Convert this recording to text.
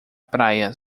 praia